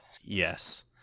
Yes